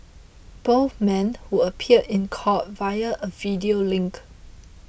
both men who appeared in court via a video link